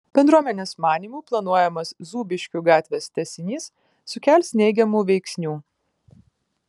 bendruomenės manymu planuojamas zūbiškių gatvės tęsinys sukels neigiamų veiksnių